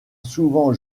souvent